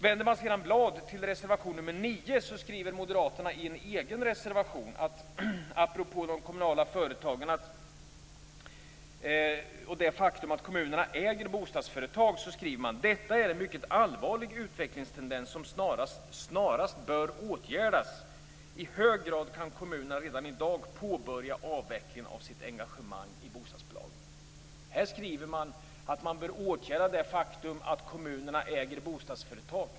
Vänder man sedan blad till reservation nr 9 skriver moderaterna i en egen reservation apropå de kommunala företagen och det faktum att kommunerna äger bostadsföretag: "Detta är en mycket allvarlig utvecklingstendens som snarast bör åtgärdas. I hög grad kan kommunerna redan i dag påbörja avvecklingen av sitt engagemang i bostadsbolagen." Här skriver moderaterna att man bör åtgärda det faktum att kommunerna äger bostadsföretag.